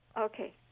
okay